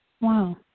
Wow